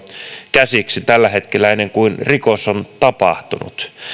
käsiksi tällä hetkellä ennen kuin rikos on tapahtunut